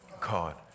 God